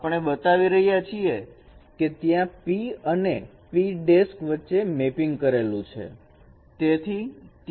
આપણે બતાવી રહ્યા છીએ કે ત્યાં p અને p' વચ્ચે મેપિંગ કરેલું છે